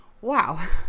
Wow